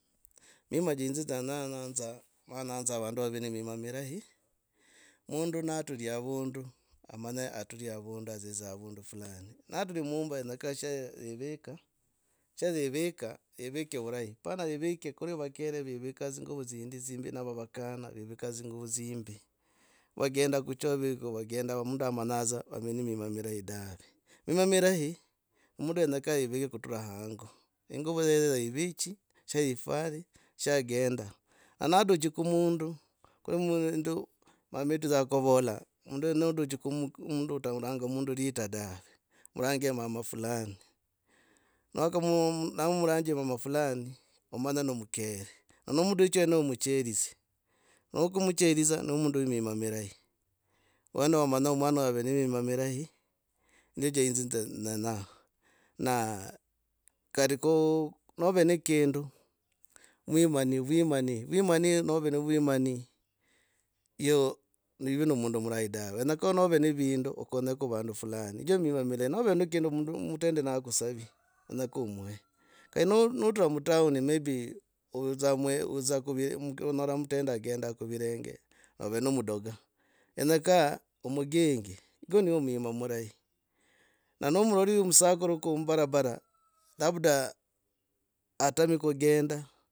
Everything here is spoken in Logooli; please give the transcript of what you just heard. Mima cha inzi chanyanza ma nyanza vandu vave nemima mirahi. Mundu naturi avundu amanye aturi avundu adziza avuundu fulani. Naturi muumba yenyaka sha yiviki, sha yiviki vurahi hapana yevike kuri avakere vevika dzinguvo dzindi dzinibi navo vakano vevika dzinguvo dzimbi, vagendaa kuchovwe, vagendoa mundu amanya dza mundu ave ne mima mirahi dave. Mima mirahi mundu yenyoka yevike kutura hango. Inguvo yove yeviki ohe yifware chagenda. Na natuchi kumundu, kuri mundu mama etu dza kuvola notuchi kumundu.